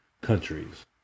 countries